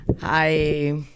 hi